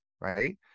right